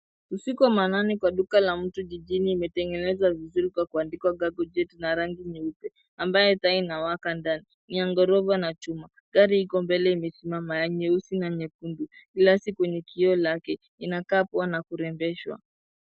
Usiku wa manane kwa duka la mtu wa mjini imetengeneza vizuri kwa kuandikwa na rangi nyeupe ambaye taa inawaka ndani ya ghorofa na chuma gari iko mbele imesimama ya nyeusi na nyekundu glasi kwenye kioo lake inakaa poa na kurembeshwa